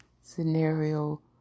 scenario